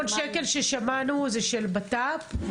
שקל ששמענו עליהם זה של המשרד לביטחון הפנים?